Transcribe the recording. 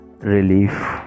relief